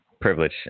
privilege